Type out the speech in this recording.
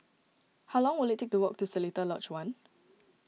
how long will it take to walk to Seletar Lodge one